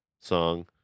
song